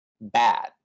bad